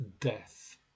Death